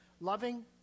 loving